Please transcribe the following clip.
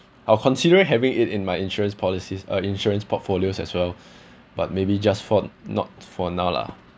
I'll consider having it in my insurance policies uh insurance portfolios as well but maybe just for not for now lah